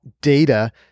data